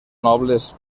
nobles